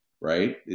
right